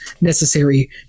necessary